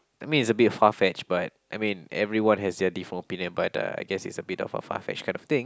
I mean is a bit far-fetched but I mean everyone has their different opinion but uh I guess it's a bit of far-fetched kind of thing